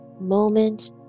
moment